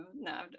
No